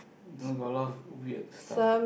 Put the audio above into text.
no got a lot weird stuff